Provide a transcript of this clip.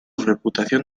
reputación